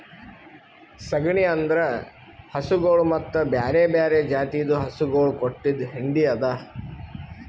ಸಗಣಿ ಅಂದುರ್ ಹಸುಗೊಳ್ ಮತ್ತ ಬ್ಯಾರೆ ಬ್ಯಾರೆ ಜಾತಿದು ಹಸುಗೊಳ್ ಕೊಟ್ಟಿದ್ ಹೆಂಡಿ ಅದಾ